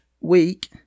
week